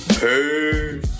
Hey